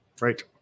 Right